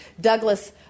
Douglas